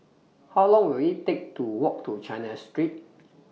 How Long Will IT Take to Walk to China Street